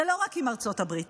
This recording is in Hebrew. זה לא רק עם ארצות הברית.